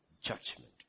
judgment